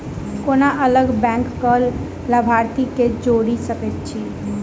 कोना अलग बैंकक लाभार्थी केँ जोड़ी सकैत छी?